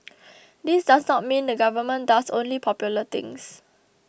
this does not mean the Government does only popular things